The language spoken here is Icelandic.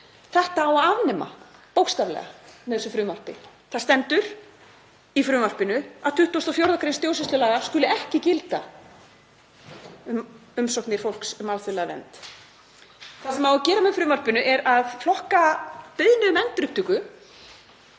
Þetta á að afnema, bókstaflega, með þessu frumvarpi. Það stendur í frumvarpinu að 24. gr. stjórnsýslulaga skuli ekki gilda um umsóknir fólks um alþjóðlega vernd. Það sem á að gera með frumvarpinu er að flokka beiðni um endurupptöku